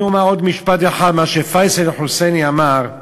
אני אומר עוד משפט אחד, מה שפייסל אל-חוסייני אמר,